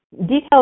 Details